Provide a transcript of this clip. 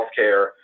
healthcare